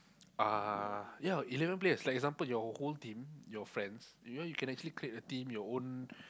uh ya eleven players like example your whole team your friends you know you can actually create a team your own